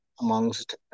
amongst